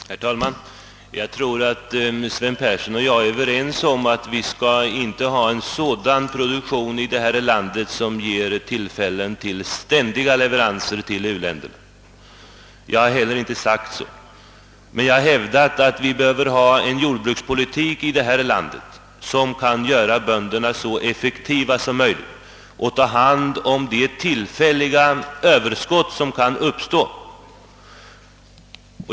Herr talman! Jag tror att herr Sven Persson och jag är överens om att vi inte skall ha en sådan produktion i detta land som ger tillfälle till ständiga le veranser till u-länderna. Jag har heller inte sagt det, men jag har hävdat att vi bör föra en jordbrukspolitik i detta land som kan göra bönderna så effektiva som möjligt och ta hand om de tillfälliga överskott som kan uppstå.